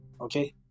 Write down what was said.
Okay